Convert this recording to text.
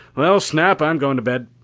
well, snap, i'm going to bed.